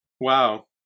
Wow